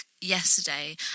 yesterday